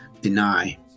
deny